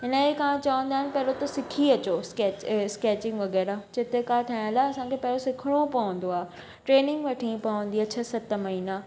इन जे कारणु चवंदा आहिनि पहिरियों त सिखी अचो स्के स्केचिंग वग़ैरह चित्रकार ठहण लाइ पहिरियों असां खे सिखिणो पवंदो आहे ट्रेनिंग वठिणी पवंदी आहे छह सत महीना